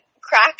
crack